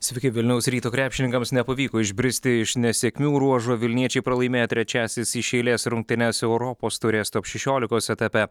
sveiki vilniaus ryto krepšininkams nepavyko išbristi iš nesėkmių ruožo vilniečiai pralaimėjo trečiąsias iš eilės rungtynes europos taurės top šešiolikos etape